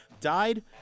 Died